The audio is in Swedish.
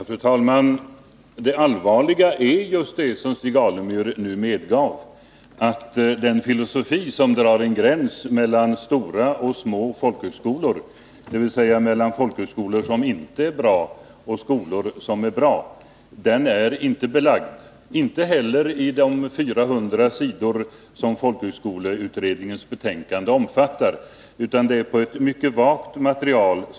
Fru talman! Det allvarliga är just det som Stig Alemyr nu medgav, att den tes som drar en gräns mellan stora och små folkhögskolor och säger att stora skolor inte är bra och att små skolor är bra inte finns belagd, inte heller i de 400 sidor som folkhögskoleutredningens betänkande omfattar. Det är baserat på ett mycket vagt material.